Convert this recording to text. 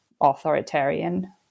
authoritarian